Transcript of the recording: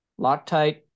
Loctite